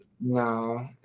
No